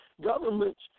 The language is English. governments